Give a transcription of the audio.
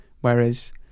Whereas